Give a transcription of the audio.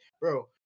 Bro